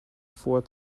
four